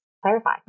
clarify